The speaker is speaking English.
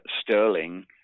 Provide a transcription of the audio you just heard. Sterling